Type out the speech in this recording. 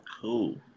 Cool